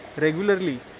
regularly